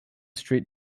street